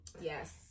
Yes